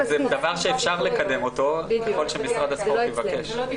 לכן, זה לא פרט שאפשר לעבור עליו כדי שיהיה מכוסה.